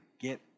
get